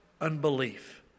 unbelief